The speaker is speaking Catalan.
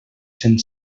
cent